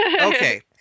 Okay